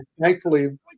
thankfully